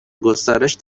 گسترش